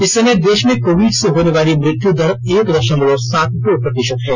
इस समय देश में कोविड से होने वाली मृत्यु दर एक दशमलव सात दो प्रतिशत है